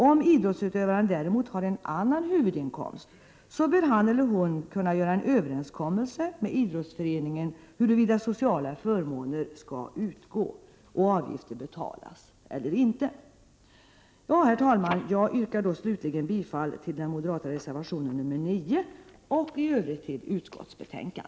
Om idrottsutövaren däremot har en annan huvudinkomst, bör han eller hon kunna göra en överenskommelse medidrottsföreningen om huruvida sociala förmåner skall utgå — och avgifter betalas — eller inte. Herr talman! Jag yrkar slutligen bifall till den moderata reservationen nr 9 och i övrigt bifall till utskottets hemställan.